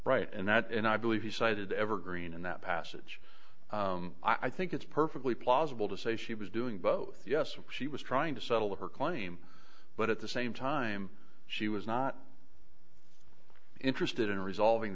right and that and i believe he cited evergreen in that passage i think it's perfectly plausible to say she was doing both yes and she was trying to settle her claim but at the same time she was not interested in resolving